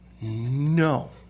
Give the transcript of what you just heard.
No